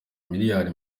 miliyari